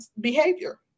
behavior